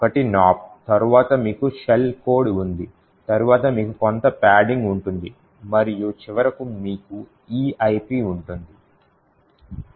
ఒకటి నాప్ తర్వాత మీకు షెల్ కోడ్ ఉంది తర్వాత మీకు కొంత పాడింగ్ ఉంటుంది మరియు చివరకు మీకు EIP ఉంటుంది